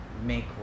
make